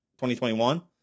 2021